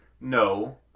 No